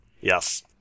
Yes